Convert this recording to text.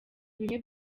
bimwe